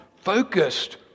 focused